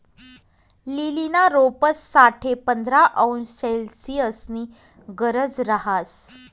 लीलीना रोपंस साठे पंधरा अंश सेल्सिअसनी गरज रहास